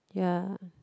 ya